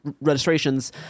registrations